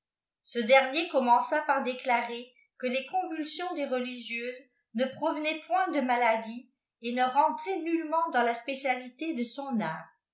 ce dernier com me n ça par déclarer que les convulaions des relrgieuses ne ptxïvenaieni point de malades et ne rentraient nullement dans la spéctaujté de son arluestaildonc